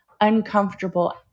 uncomfortable